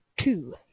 two